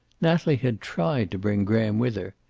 natalie had tried to bring graham with her.